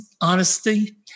honesty